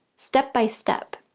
step by step.